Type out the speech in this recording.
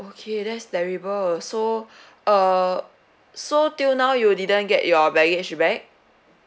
okay that's terrible so uh so till now you didn't get your baggage back